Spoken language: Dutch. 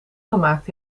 gemaakt